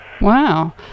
Wow